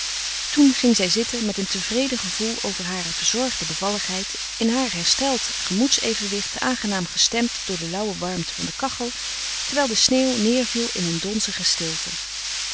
toen ging zij zitten met een tevreden gevoel over hare verzorgde bevalligheid in haar hersteld gemoedsevenwicht aangenaam gestemd door de lauwe warmte van de kachel terwijl de sneeuw neêrviel in een donzige stilte